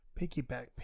Piggyback